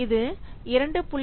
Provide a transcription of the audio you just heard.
இது 2